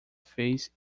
fez